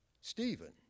Stephen